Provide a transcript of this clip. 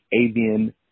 avian